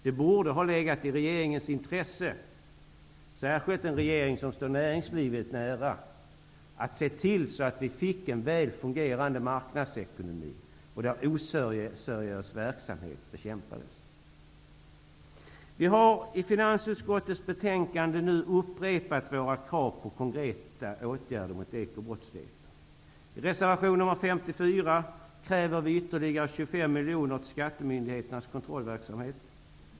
Det borde ha legat i regeringens intresse, särskilt en regering som står näringslivet nära, att se till att vi fick en väl fungerande marknadsekonomi där oseriös verksamhet bekämpades. Vi har i finansutskottets betänkande nu upprepat våra krav på konkreta åtgärder mot ekobrottsligheten. I reservation 54 kräver vi ytterligare 25 miljoner till skattemyndigheternas kontrollverksamhet.